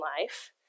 life